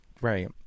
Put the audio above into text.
Right